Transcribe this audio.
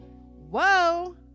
Whoa